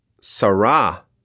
Sarah